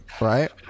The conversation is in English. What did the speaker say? right